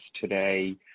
today